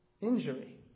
injury